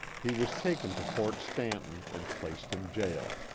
he was taken to fort stanton and placed in jail.